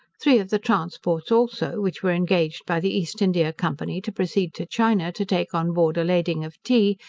three of the transports also, which were engaged by the east india company to proceed to china, to take on board a lading of tea,